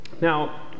Now